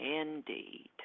Indeed